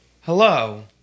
Hello